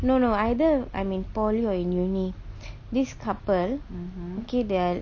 no no either I'm in poly or in uni this couple kill their